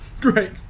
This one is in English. Great